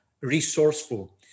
resourceful